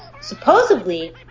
Supposedly